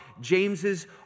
James's